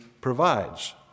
provides